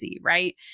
right